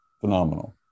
Phenomenal